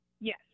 Yes